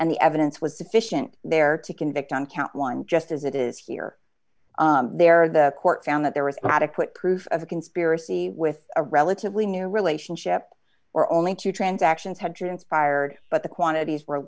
the evidence was sufficient there to convict on count one just as it is here there the court found that there was adequate proof of a conspiracy with a relatively new relationship where only two transactions had transpired but the quantities were